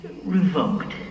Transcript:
Revoked